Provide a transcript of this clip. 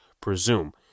presume